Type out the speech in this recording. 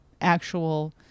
actual